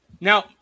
Now